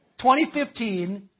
2015